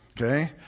Okay